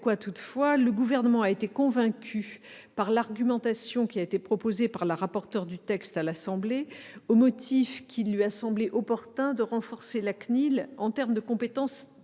le Gouvernement a été convaincu par l'argumentation présentée par la rapporteur du texte à l'Assemblée nationale : il lui a semblé opportun de renforcer la CNIL en termes de compétences